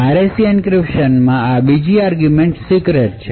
આ RAC એન્ક્રિપ્શનમાં આ બીજી આર્ગુમેંટ સીક્રેટ છે